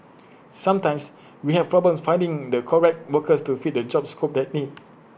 sometimes we have problems finding the correct workers to fit the job scope that need